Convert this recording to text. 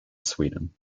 sweden